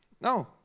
No